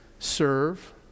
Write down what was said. serve